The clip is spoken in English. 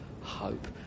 hope